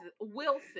Wilson